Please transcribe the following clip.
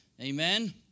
amen